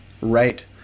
right